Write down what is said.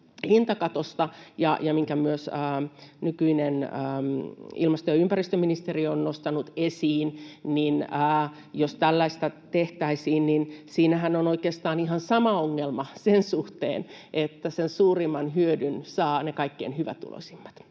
hintakatosta, minkä myös nykyinen ilmasto- ja ympäristöministeriö on nostanut esiin, niin jos tällaista tehtäisiin, siinähän on oikeastaan ihan sama ongelma sen suhteen, että sen suurimman hyödyn saavat kaikkein hyvätuloisimmat.